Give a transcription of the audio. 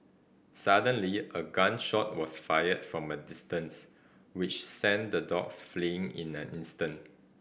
suddenly a gun shot was fired from a distance which sent the dogs fleeing in an instant